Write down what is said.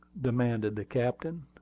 demanded the captain.